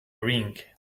ring